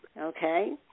okay